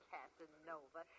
Casanova